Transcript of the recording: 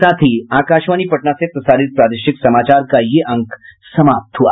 इसके साथ ही आकाशवाणी पटना से प्रसारित प्रादेशिक समाचार का ये अंक समाप्त हुआ